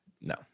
No